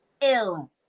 ill